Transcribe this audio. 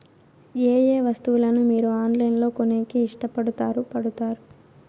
ఏయే వస్తువులను మీరు ఆన్లైన్ లో కొనేకి ఇష్టపడుతారు పడుతారు?